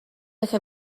eje